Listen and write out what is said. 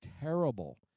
terrible